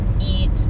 eat